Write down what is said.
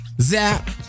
Zap